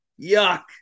yuck